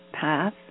path